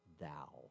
thou